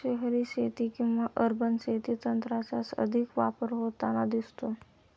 शहरी शेती किंवा अर्बन शेतीत तंत्राचा अधिक वापर होताना दिसतो